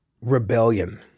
rebellion